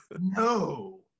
No